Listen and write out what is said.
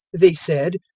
they said,